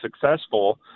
successful